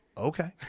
okay